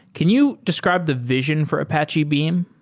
can you describe the vision for apache beam?